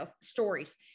Stories